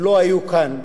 הם לא היו כאן.